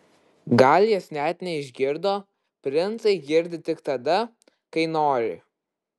gal jis net neišgirdo princai girdi tik tada kai nori